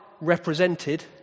represented